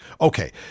Okay